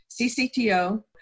CCTO